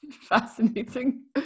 fascinating